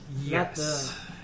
Yes